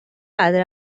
چقدر